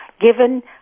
given